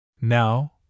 Now